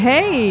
Hey